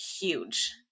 huge